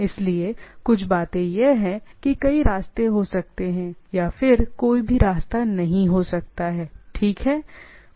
इसलिए कुछ बातें यह है कि कई रास्ते हो सकते हैं राइट या फिर कोई भी रास्ता नहीं हो सकता ठीक है